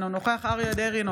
אינו נוכח אריה מכלוף דרעי,